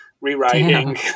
rewriting